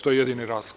To je jedini razlog.